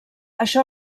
això